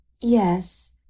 Yes